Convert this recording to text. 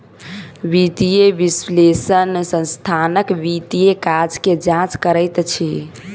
वित्तीय विश्लेषक संस्थानक वित्तीय काज के जांच करैत अछि